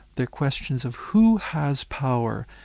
they're questions of who has power?